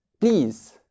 please